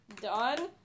done